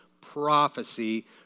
prophecy